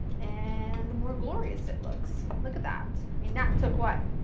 and the more glorious it looks. look at that. i mean that took what,